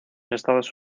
estados